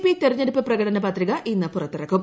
P തെരഞ്ഞെടുപ്പ് പ്രകടനപത്രിക ഇന്ന് പുറത്തിറക്കും